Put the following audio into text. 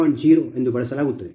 0 ಎಂದು ಬಳಸಲಾಗುತ್ತದೆ